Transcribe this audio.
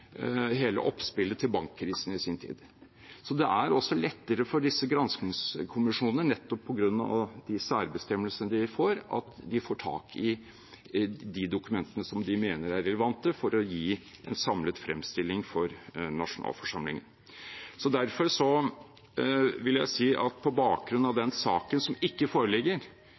hele oppspillet til bankkrisen i sin tid. Det er også lettere for disse granskingskommisjonene nettopp på grunn av de særbestemmelsene de får, å få tak i de dokumentene som de mener er relevante for å gi en samlet fremstilling for nasjonalforsamlingen. Derfor vil jeg, på bakgrunn av den saken som ikke foreligger